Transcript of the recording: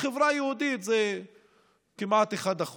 בחברה היהודית זה כמעט 1%,